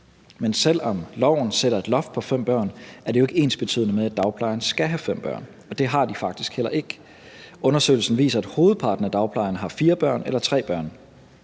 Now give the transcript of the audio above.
men selv om loven sætter et loft på fem børn, er det jo ikke ensbetydende med, at dagplejen skal have fem børn, og det har de faktisk heller ikke. Undersøgelsen viser, at hovedparten af dagplejerne har fire børn eller tre børn